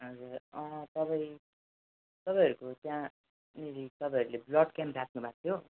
हजुर तपाईँ तपाईँहरूको त्यहाँ तपाईँहरूले ब्लड केम्प राख्नु भएको थियो